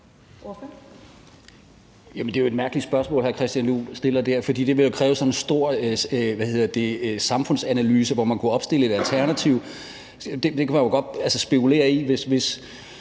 Juhl stiller der, for det vil jo kræve en stor samfundsanalyse, hvor man kunne opstille et alternativ. Det kunne man godt spekulere i.